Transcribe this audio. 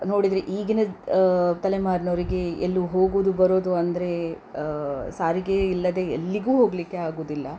ನೋಡಿದರೆ ಈಗಿನ ತಲೆಮಾರಿನವರಿಗೆ ಎಲ್ಲೂ ಹೋಗುವುದು ಬರೋದು ಅಂದರೆ ಸಾರಿಗೆ ಇಲ್ಲದೆ ಎಲ್ಲಿಗೂ ಹೋಗಲಿಕ್ಕೆ ಆಗುವುದಿಲ್ಲ